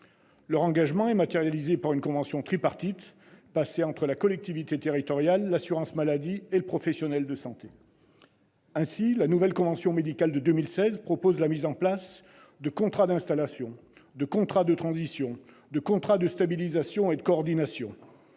Leur engagement est matérialisé par une convention tripartite passée entre la collectivité territoriale, l'assurance maladie et le professionnel de santé. La nouvelle convention médicale de 2016 propose ainsi la mise en place de contrats d'installation, de contrats de transition, de contrats de stabilisation et de coordination.